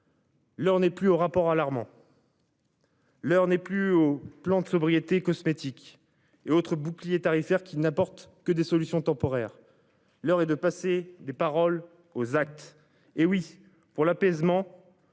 L'heure n'est plus aux rapports alarmants. L'heure n'est plus au plan de sobriété cosmétiques et autres bouclier tarifaire qui n'apporte que des solutions temporaires. L'et de passer des paroles aux actes. Hé oui pour l'apaisement.